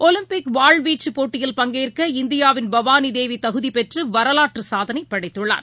Olympic வீச்சுபோட்டியில் பங்கேற்க இந்தியாவின் பவானிதேவிதகுதிப் வாள் பெற்றுவரலாற்றுசாதனைபடைத்துள்ளார்